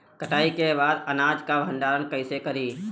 कटाई के बाद अनाज का भंडारण कईसे करीं?